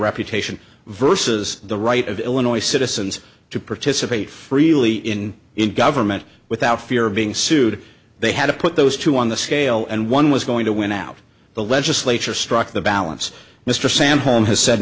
reputation versus the right of illinois citizens to participate freely in government without fear of being sued they had to put those two on the scale and one was going to win out the legislature struck the balance mr sam home has said